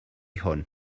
hwn